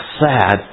sad